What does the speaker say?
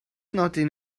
nodyn